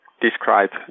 describe